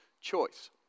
choice